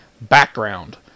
background